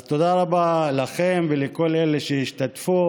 אז תודה רבה לכם ולכל אלה שהשתתפו.